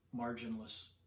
marginless